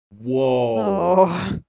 Whoa